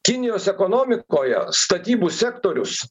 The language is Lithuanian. kinijos ekonomikoje statybų sektorius